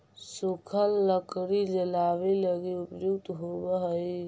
सूखल लकड़ी जलावे लगी उपयुक्त होवऽ हई